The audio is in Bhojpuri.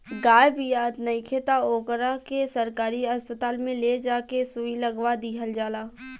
गाय बियात नइखे त ओकरा के सरकारी अस्पताल में ले जा के सुई लगवा दीहल जाला